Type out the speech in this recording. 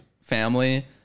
family